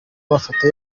mafoto